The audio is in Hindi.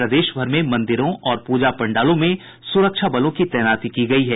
प्रदेशभर में मंदिरों और पूजा पंडालों में सुरक्षाबलों की तैनाती की गयी है